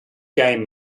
game